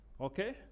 Okay